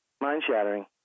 mind-shattering